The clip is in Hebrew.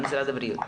במשרד הבריאות.